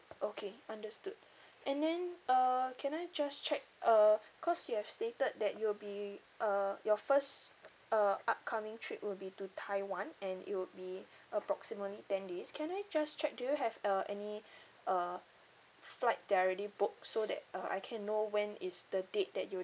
okay understood and then uh can I just check uh cause you have stated that you'll be uh your first uh upcoming trip would be to taiwan and it would be approximately ten days can I just check do you have uh any uh flight that are already booked so that uh I can know when is the date that you